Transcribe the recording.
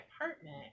apartment